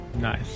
nice